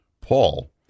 Paul